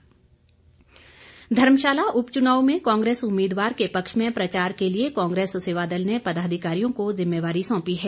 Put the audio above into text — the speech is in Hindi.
सेवादल धर्मशाला उपच्नाव में कांग्रेस उम्मीदवार के पक्ष में प्रचार के लिए कांग्रेस सेवादल ने पदाधिकारियों को जिम्मेवारी सौंपी है